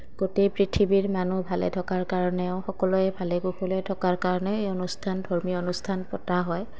গোটেই পৃথিৱীৰ মানুহ ভালে থকাৰ কাৰণেও সকলোৱে ভালে কুশলে থকাৰ কাৰণে এই অনুষ্ঠান ধৰ্মীয় অনুষ্ঠান পতা হয়